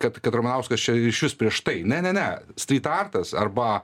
kad kad ramanauskas čia iš vis prieš tai ne ne ne strytartas arba